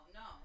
no